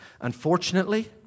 Unfortunately